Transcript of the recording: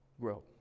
grow